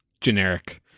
generic